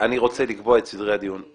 אני רוצה לקבוע את סדרי הדיון.